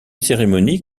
cérémonie